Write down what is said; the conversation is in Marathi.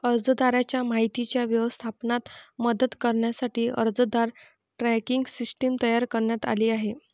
अर्जदाराच्या माहितीच्या व्यवस्थापनात मदत करण्यासाठी अर्जदार ट्रॅकिंग सिस्टीम तयार करण्यात आली आहे